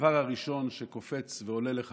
הדבר הראשון שקופץ ועולה לך